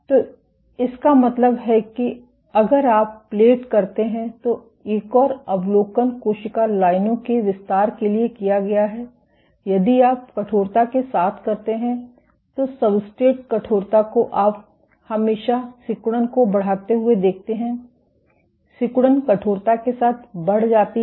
तो इसका मतलब है कि अगर आप प्लेट करते हैं तो एक और अवलोकन कोशिका लाइनों के विस्तार के लिए किया गया है यदि आप कठोरता के साथ करते हैं तो सब्स्ट्रैट कठोरता को आप हमेशा सिकुड़न को बढ़ाते हुए देखते हैं सिकुड़न कठोरता के साथ बढ़ जाती है